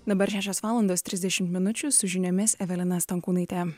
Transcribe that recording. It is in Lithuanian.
dabar šešios valandos trisdešimt minučių su žiniomis evelina stankūnaitė